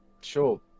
sure